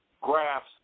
graphs